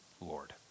Lord